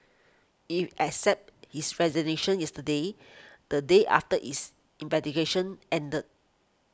it accepted his resignation yesterday the day after its investigation ended